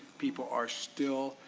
people are still.